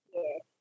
yes